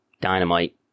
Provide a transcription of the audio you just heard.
dynamite